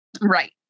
right